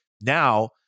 now